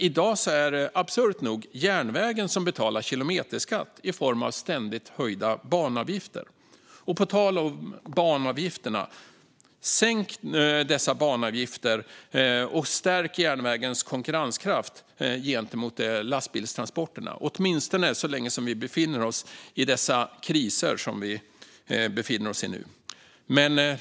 I dag är det absurt nog järnvägen som betalar kilometerskatt i form av ständigt höjda banavgifter. Och på tal om banavgifterna: Sänk dem och stärk järnvägens konkurrenskraft gentemot lastbilstransporterna - åtminstone så länge som vi befinner oss i de kriser vi befinner oss i nu!